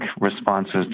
responses